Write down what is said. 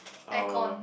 oh